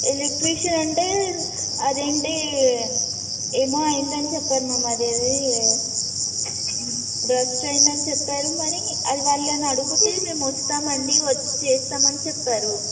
electrician అంటే అదేంటి ఏమో అయిందని చెప్పారు మమ అదేది బరస్ట్ అయ్యందని చెప్పారు మరి అది వాళ్ళని అడుగుతే మేము వస్తామండి వచ్చి చేస్తామని చెప్పారు